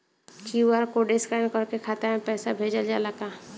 QR code scan करके खाता में पैसा भेजल जाला का?